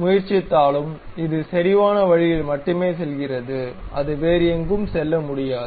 முயற்சித்தாலும் இது செறிவான வழியில் மட்டுமே செல்கிறது அது வேறு எங்கும் செல்ல முடியாது